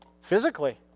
physically